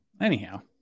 anyhow